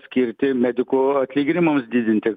skirti medikų atlyginimams didinti